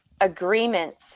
agreements